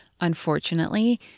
Unfortunately